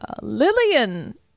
Lillian